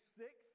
six